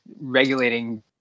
regulating